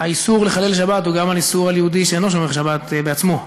האיסור לחלל שבת הוא איסור גם על יהודי שאינו שומר שבת בעצמו.